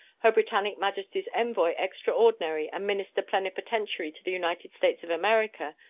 her britannic majesty's envoy extraordinary and minister plenipotentiary to the united states of america,